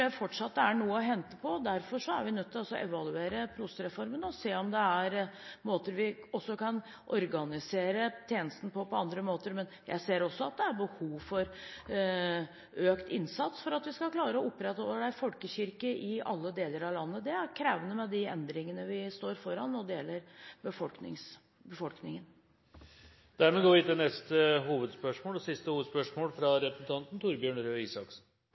er noe å hente. Derfor er vi nødt til å evaluere prostereformen og se om det er andre måter vi kan organisere tjenesten på, men jeg ser også at det er behov for økt innsats for at vi skal klare å opprettholde en folkekirke i alle deler av landet. Det er krevende med de endringene vi står foran. Vi går da videre til neste hovedspørsmål. Jeg har et spørsmål til statsråd Anniken Huitfeldt. Jeg ser at «Typen til» statsråden ikke er til stede, og